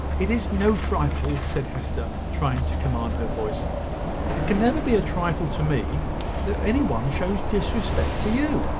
it is no trifle, said hester, trying to command her voice it can never be a trifle to me that any one shows disrespect to you.